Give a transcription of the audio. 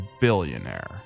billionaire